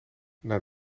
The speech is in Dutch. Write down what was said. naar